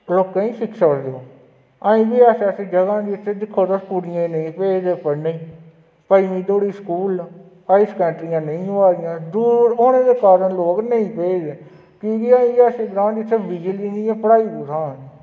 लोकें गी शिक्षा देओ ऐहीं बी ऐसी ऐसी जगह् न जि'त्थें दिक्खो तुस कुड़ियें गी नेईं भेजदे पढ़ने ई पंजमी धोड़ी स्कूल न हाई स्कैंडरियां नेईं होआ दियां दूर होने दे कारण लोक नेईं भेजदे कि के ऐसे ग्रांऽ न जि'त्थें बिजली निं ऐ पढ़ाई कु'त्थां होनी